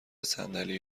صندلی